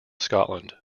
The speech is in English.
scotland